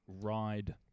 Ride